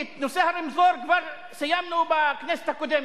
כי את נושא הרמזור כבר סיימנו בכנסת הקודמת.